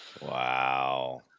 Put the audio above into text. Wow